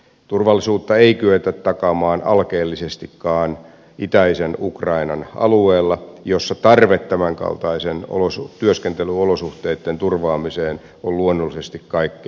turvallisuutta ei kyetä takaamaan alkeellisestikaan itäisen ukrainan alueella missä tarve tämänkaltaiseen työskentelyolosuhteitten turvaamiseen on luonnollisesti kaikkein suurin